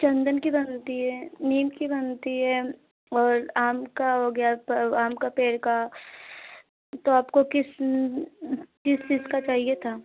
चंदन की बनती हैं नीम की बनती हैं और आम का हो गया तो आम का पेड़ का तो आपको किस किस चीज़ का चाहिए था